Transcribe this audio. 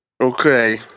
Okay